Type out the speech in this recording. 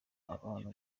abantu